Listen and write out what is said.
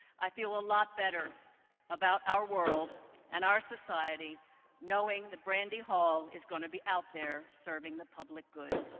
i feel a lot better about our world and our society knowing that brandy hall is going to be out there serving the public good.